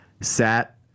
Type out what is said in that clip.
sat